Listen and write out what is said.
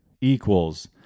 equals